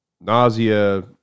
nausea